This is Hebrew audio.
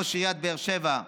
ראש עיריית באר שבע,